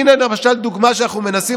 הינה למשל דוגמה למה שאנחנו מנסים